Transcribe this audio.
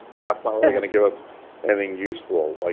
that's not going going to give us anything useful. like